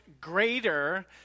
greater